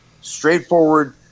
straightforward